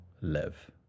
live